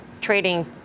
trading